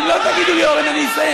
אם לא תגידו לי "אורן" אני אסיים.